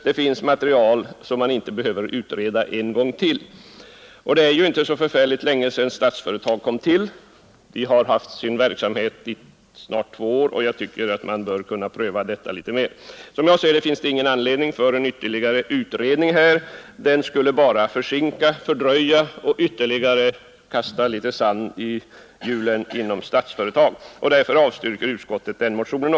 Det är ju inte särskilt länge sedan som Statsföretag bildades; bolaget har arbetat i två år och bör få ytterligare någon tid på sig innan verksamhetsformerna ifrågasätts. Som jag ser det finns det alltså inga skäl för ytterligare en utredning — en sådan skulle bara förd röja åtgärder och kasta ytterligare litet sand i hjulen för Statsföretag. Utskottet avstyrker alltså motionen.